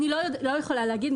אני לא יכולה להגיד,